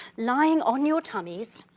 lying on your tummies,